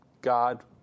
God